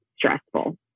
stressful